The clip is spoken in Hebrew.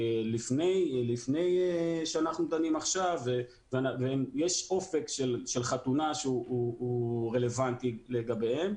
שלפני שאנחנו דנים עכשיו ויש אופק של חתונה שהוא רלוונטי לגביהם.